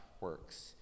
works